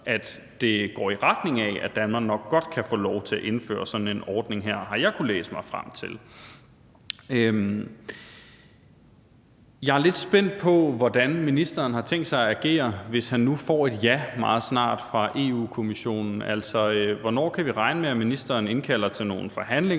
Jeg er lidt spændt på, hvordan ministeren har tænkt sig at agere, hvis han nu får et ja meget snart fra Europa-Kommissionen. Altså, hvornår kan vi regne med, at ministeren indkalder til nogle forhandlinger